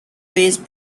based